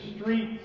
streets